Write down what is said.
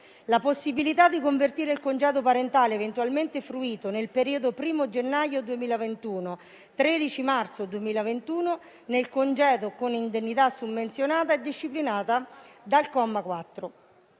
La possibilità di convertire il congedo parentale eventualmente fruito nel periodo dal 1° gennaio al 13 marzo 2021 nel congedo con indennità summenzionata è disciplinata dal comma 4.